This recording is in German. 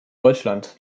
deutschland